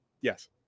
yes